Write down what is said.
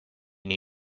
new